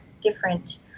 different